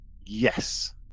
Yes